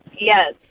Yes